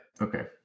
Okay